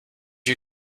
you